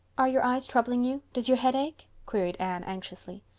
are your eyes troubling you? does your head ache? queried anne anxiously.